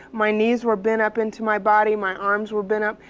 my knees were bent up into my body. my arms were bent up.